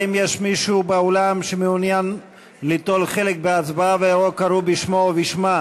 האם יש מישהו באולם שמעוניין ליטול חלק בהצבעה ולא קראו בשמו או בשמה?